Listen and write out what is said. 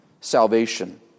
salvation